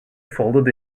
folded